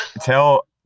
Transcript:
tell